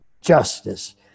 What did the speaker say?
justice